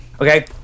Okay